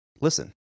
listen